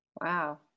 Wow